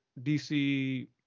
DC